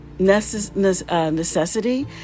necessity